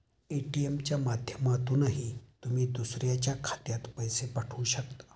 ATM च्या माध्यमातूनही तुम्ही दुसऱ्याच्या खात्यात पैसे पाठवू शकता